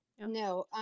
No